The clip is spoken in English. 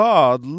God